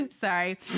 sorry